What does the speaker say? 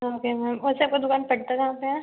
okay ma'am वैसे आपका दुकान पड़ता कहाँ पर है